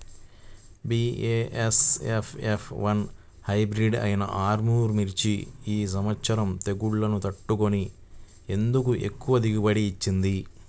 BASF F one hybrid అయినా ఆర్ముర్ మిర్చి ఈ సంవత్సరం తెగుళ్లును తట్టుకొని ఎందుకు ఎక్కువ దిగుబడి ఇచ్చింది?